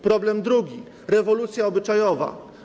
Problem drugi: rewolucja obyczajowa.